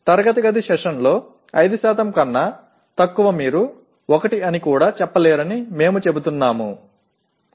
வகுப்பறை அமர்வுகளில் 5 க்கும் குறைவான எதையும் நீங்கள் அதை 1 என்று கூட சொல்ல முடியாது என்று நாம் கூறுகிறோம்